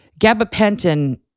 Gabapentin